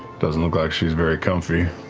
doesn't look like she's very comfy.